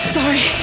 Sorry